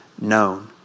known